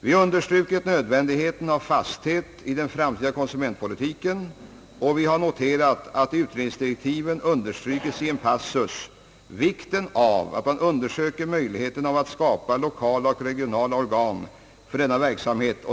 Vi har understrukit nödvändigheten av fasthet i den framtida konsumentpolitiken och vi har noterat att i utredningsdirektiven understrykes i en passus vikten av att man undersöker möjligheten av att skapa lokala och regionala organ för denna verksamhet.